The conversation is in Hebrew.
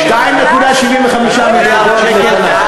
2.75 מיליארד שקל.